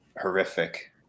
horrific